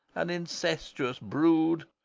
an incestuous brood,